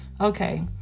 Okay